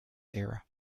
era